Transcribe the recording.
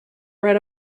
right